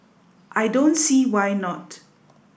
I don't see why not